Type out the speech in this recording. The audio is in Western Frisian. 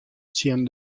tsjin